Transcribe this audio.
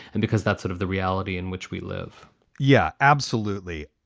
and because that's sort of the reality in which we live yeah, absolutely.